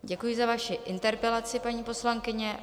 Děkuji za vaši interpelaci, paní poslankyně.